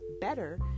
better